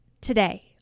today